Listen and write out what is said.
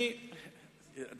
מה למשל?